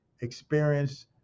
experience